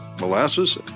molasses